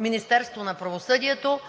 Министерството на правосъдието.